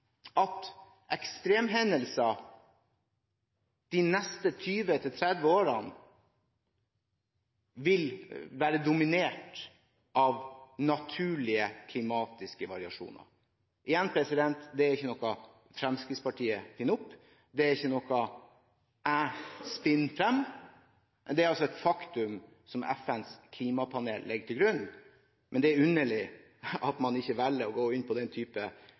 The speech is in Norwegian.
at ekstremhendelser de neste 20–30 årene vil være dominert av naturlige klimatiske variasjoner. Igjen: Det er ikke noe Fremskrittspartiet finner opp, eller som jeg spinner frem. Det er altså et faktum som FNs klimapanel legger til grunn. Det er underlig at man velger ikke å gå inn på den